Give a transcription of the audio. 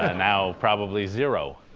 ah now probably zero.